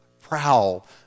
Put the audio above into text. Prowl